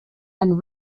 and